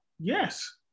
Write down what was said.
Yes